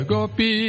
Gopi